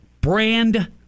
brand